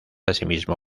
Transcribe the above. asimismo